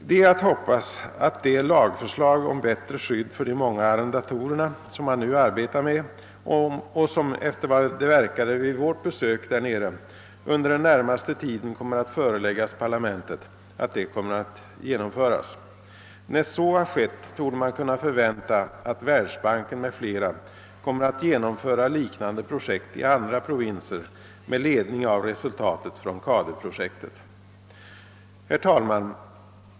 Det är att hoppas att det lagförslag om bättre skydd för de många arrendatorerna, som man nu arbetar med och som efter vad det verkade vid vårt besök därnere under den närmaste tiden kommer att föreläggas parlamentet, skall genomföras. När så har skett, torde man kunna förvänta att Världsbanken m.fl. kommer att genomföra liknande projekt i andra provinser med ledning av resultatet från CADU-pro Herr talman!